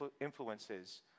influences